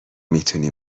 میتونی